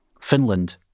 Finland